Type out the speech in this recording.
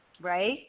right